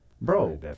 bro